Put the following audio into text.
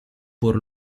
pur